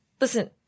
listen